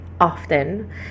often